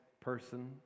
person